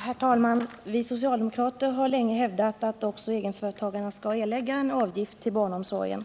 Herr talman! Vi socialdemokrater har länge hävdat att också egenföretagarna skall erlägga en avgift till barnomsorgen.